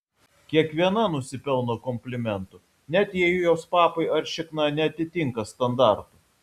kiekviena nusipelno komplimentų net jei jos papai ar šikna neatitinka standartų